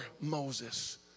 Moses